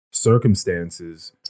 circumstances